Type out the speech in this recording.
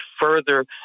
further